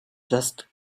just